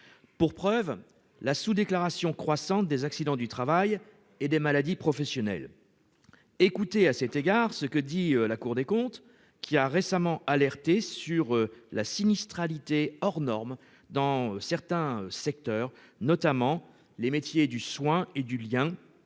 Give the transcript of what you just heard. pour preuve la sous-déclaration croissante des accidents du travail et des maladies professionnelles. Écoutez, à cet égard, ce que dit la Cour des comptes, qui a récemment signalé la sinistralité hors norme dont souffrent certains secteurs, notamment les métiers du soin et du lien,